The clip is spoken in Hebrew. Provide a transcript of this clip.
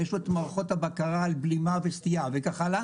מערכות הבקרה לבלימה וסטייה וכן הלאה